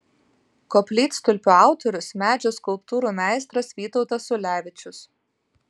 koplytstulpio autorius medžio skulptūrų meistras vytautas ulevičius